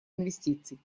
инвестиций